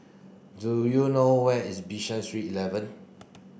do you know where is Bishan Street eleven